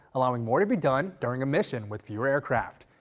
allowing more to be done during a mission with fewer aircraft.